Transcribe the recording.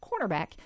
cornerback